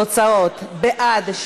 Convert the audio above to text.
תוצאות: בעד,